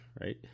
right